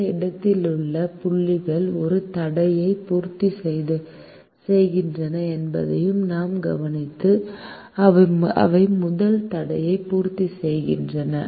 இந்த இடத்திலுள்ள புள்ளிகள் ஒரு தடையை பூர்த்திசெய்கின்றன என்பதையும் நாம் கவனித்து அவை முதல் தடையை பூர்த்தி செய்கின்றன